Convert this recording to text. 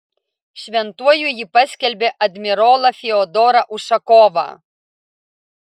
šventuoju ji paskelbė admirolą fiodorą ušakovą